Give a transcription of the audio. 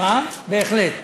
בהחלט.